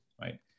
right